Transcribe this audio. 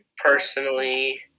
Personally